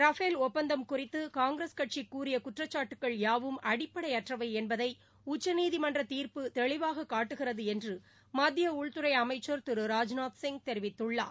Rafale குறித்துகாங்கிரஸ் கட்சிகூறியகுற்றசாட்டுகள் ஒப்பந்தம் யாவும் அடிப்படை அற்றவைஎன்பதைஉச்சநீதிமன்ற் தீர்ப்பு தெளிவாககாட்டுகிறதுஎன்றுமத்தியஉள்துறைஅனம்ச்சர் திரு ராஜ்நாத் சிங் தெரிவித்துள்ளார்